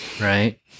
Right